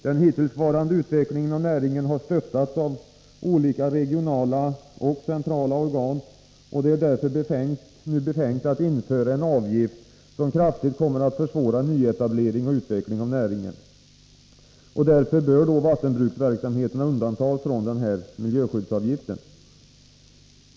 Den hittillsvarätide utvecklingen av näringen har stöttats av olika regionala och centrala organ, och det är därför befängt att nu införa en avgift, som kraftigt kommer att försvåra nyetablering och utveckling av näringen. Därför bör vattenbruksverksamheterna undantas från denna miljöskyddsavgift.